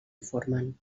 formen